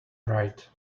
right